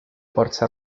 forze